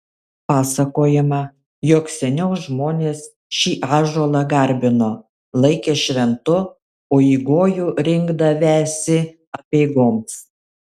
pasakojama jog seniau žmonės šį ąžuolą garbino laikė šventu o į gojų rinkdavęsi apeigoms